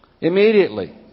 Immediately